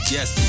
Yes